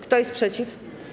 Kto jest przeciw?